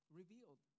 revealed